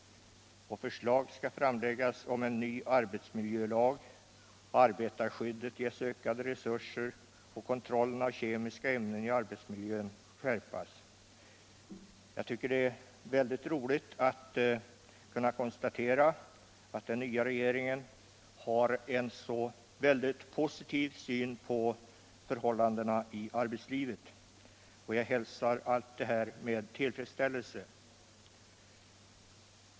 Förslag framläggs om en ny arbetsmiljölag. Arbetarskyddet ges ökade resurser. Kontrollen av kemiska ämnen 1 arbetsmiljön skärps.” Jag tycker det är roligt att kunna konstatera att den n_v_a— regeringen har en så positiv syn på förhållandena i arbetslivet, och jag hälsar allt detta med tillfredsställelse.